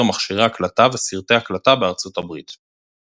מכשירי הקלטה וסרטי הקלטה בארצות הברית.